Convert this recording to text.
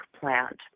plant